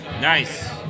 Nice